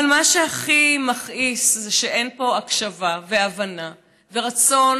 אבל מה שהכי מכעיס זה שאין פה הקשבה והבנה ורצון